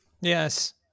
Yes